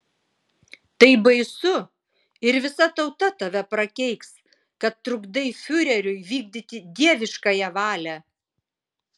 tai baisu ir visa tauta tave prakeiks kad trukdai fiureriui vykdyti dieviškąją valią